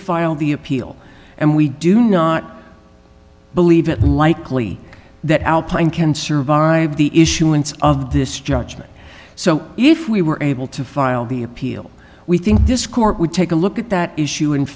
file the appeal and we do not believe it likely that alpine can survive the issuance of this judgement so if we were able to file the appeal we think this court would take a look at that issue and